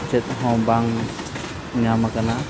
ᱪᱮᱫ ᱦᱚᱸ ᱵᱟᱝ ᱧᱟᱢ ᱟᱠᱟᱱᱟ